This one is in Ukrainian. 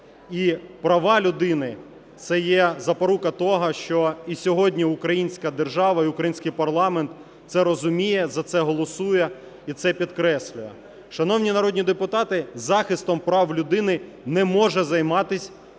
і права людини це є запорука того, що і сьогодні українська держава і український парламент це розуміє, за це голосує і це підкреслює. Шановні народні депутати, захистом прав людини не може займатися